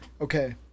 Okay